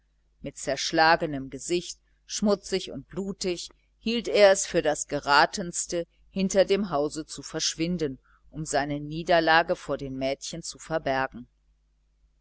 mit zerschlagenem gesicht schmutzig und blutig hielt er es für das geratenste hinter dem hause zu verschwinden um seine niederlage vor den mädchen zu verbergen